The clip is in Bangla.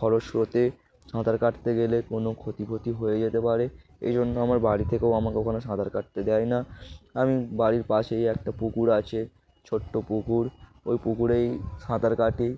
খরশ্রোতে সাঁতার কাটতে গেলে কোনো ক্ষতি পতি হয়ে যেতে পারে এই জন্য আমার বাড়ি থেকেও আমাকে ওখানে সাঁতার কাটতে দেয় না আমি বাড়ির পাশেই একটা পুকুর আছে ছোট্টো পুকুর ওই পুকুরেই সাঁতার কাটি